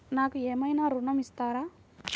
నాకు ఏమైనా ఋణం ఇస్తారా?